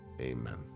Amen